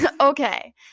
okay